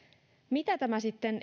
mitä tämä sitten